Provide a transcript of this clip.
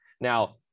Now